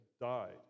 died